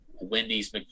Wendy's